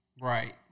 Right